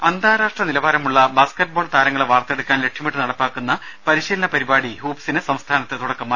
ദരര അന്താരാഷ്ട്ര നിലവാരമുള്ള ബാസ്കറ്റ് ബോൾ താരങ്ങളെ വാർത്തെടുക്കാൻ ലക്ഷ്യമിട്ട് നടപ്പാക്കുന്ന പരിശീലന പരിപാടി ഹൂപ്പ്സിന് സംസ്ഥാനത്ത് തുടക്കമായി